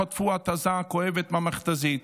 וחטפו התזה כואבת מהמכת"זית.